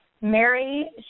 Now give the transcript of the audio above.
Mary